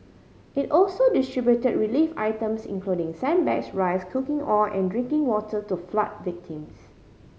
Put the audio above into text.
it also distribute relief items including sandbags rice cooking oil and drinking water to flood victims